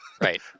right